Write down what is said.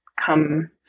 come